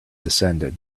descended